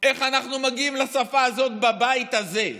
איך אנחנו מגיעים לשפה הזאת בבית הזה?